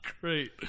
great